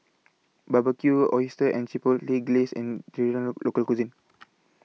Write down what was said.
Barbecued Oysters and Chipotle Glaze An Traditional Local Cuisine